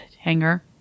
hanger